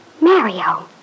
Mario